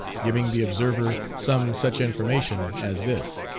giving the observer some such information as this